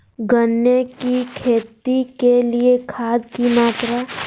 गन्ने की खेती के लिए खाद की मात्रा?